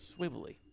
swivelly